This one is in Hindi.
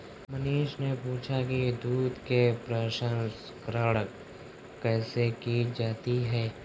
मनीष ने पूछा कि दूध के प्रसंस्करण कैसे की जाती है?